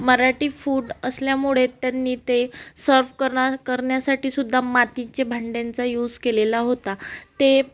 Marathi food असल्यामुळे त्यांनी ते सर्व्ह करण करण्यासाठी सुद्धा मातीच्या भांड्यांचा युज केलेला होता ते